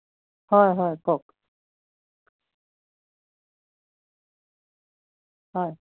হয় হয় কওক হয়